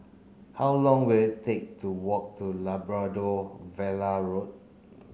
how long will it take to walk to Labrador Villa Road